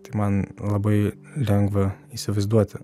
tai man labai lengva įsivaizduoti